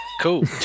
cool